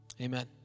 Amen